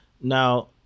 Now